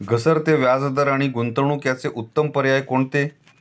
घसरते व्याजदर आणि गुंतवणूक याचे उत्तम पर्याय कोणते?